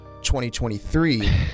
2023